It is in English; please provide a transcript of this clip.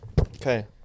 Okay